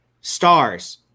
Stars